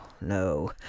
no